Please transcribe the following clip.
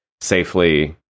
safely